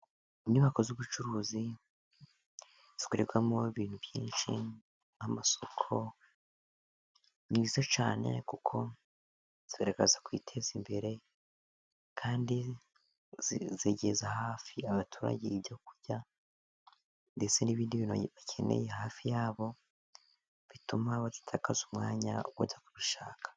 Inyubako z'ubucuruzi zikorerwamo ibintu byinshi, amasoko cyane kuko zigaragaza kwiteza imbere kandi zegereza hafi abaturage ibyo kurya ndetse n'ibindi bintu bakeneye hafi yabo, bituma badatakaza umwanya bajya kubishaka.